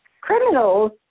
Criminals